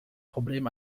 problem